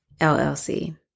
LLC